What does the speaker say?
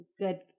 good